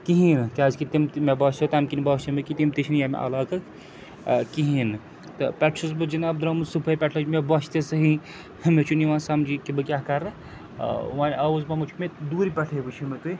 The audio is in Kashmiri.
کِہیٖنۍ نہٕ کیٛازکہِ تِم تہِ مےٚ باسیو تَمہِ کِنۍ باسیو مےٚ کہِ تِم تہِ چھِنہٕ ییٚمہِ علاقٕک کِہیٖنۍ نہٕ تہٕ پٮ۪ٹھ چھُس بہٕ جِناب درٛامُت صُبحٲے پٮ۪ٹھ لٔج مےٚ بۄچھِ تہِ صحیح مےٚ چھُنہٕ یِوان سَمجی کہِ بہٕ کیٛاہ کَرٕ وۄنۍ آوُس بہٕ چھِ مےٚ دوٗرِ پٮ۪ٹھے وٕچھو مےٚ تُہۍ